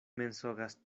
mensogas